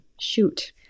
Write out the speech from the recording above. Shoot